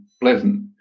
pleasant